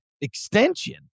extension